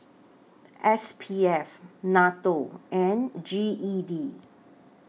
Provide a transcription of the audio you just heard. S P F NATO and G E D